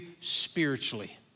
spiritually